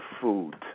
food